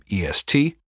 EST